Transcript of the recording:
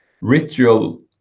ritual